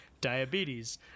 diabetes